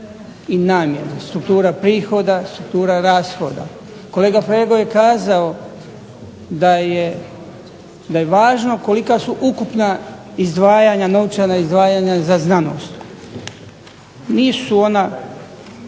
i namjena. Struktura prihoda, struktura rashoda. Kolega Flego je kazao da je važno kolika su ukupna izdvajanja, novčana izdvajanja za znanost. Nisu ona